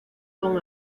con